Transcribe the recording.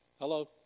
Hello